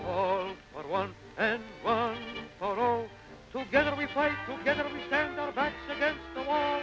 whoa whoa whoa whoa whoa whoa